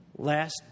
Last